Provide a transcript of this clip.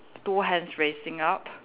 two hands raising up